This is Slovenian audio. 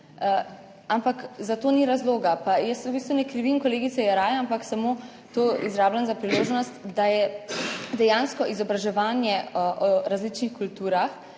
ampak za to ni razloga. Jaz v bistvu ne krivim kolegice Jeraja, ampak samo to izrabljam za priložnost, da je dejansko izobraževanje o različnih kulturah